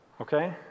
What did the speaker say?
Okay